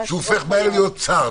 שהוא הופך מהר להיות צר,